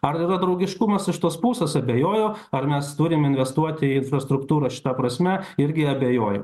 ar yra draugiškumas iš tos pusės abejoju ar mes turim investuoti į infrastruktūrą šita prasme irgi abejoju